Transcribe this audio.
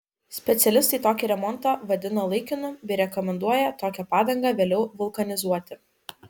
specialistai tokį remontą vadina laikinu bei rekomenduoja tokią padangą vėliau vulkanizuoti